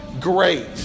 great